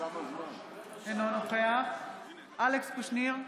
אינו נוכח אלכס קושניר,